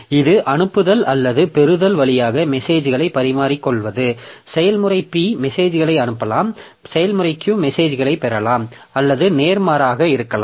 இது அனுப்புதல் அல்லது பெறுதல் வழியாக மெசேஜ்களை பரிமாறிக்கொள்வது செயல்முறை P மெசேஜ்களை அனுப்பலாம் செயல்முறை Q மெசேஜ்களைப் பெறலாம் அல்லது நேர்மாறாக இருக்கலாம்